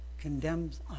condemns